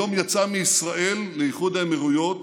היום יצאה מישראל לאיחוד האמירויות